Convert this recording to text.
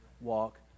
walk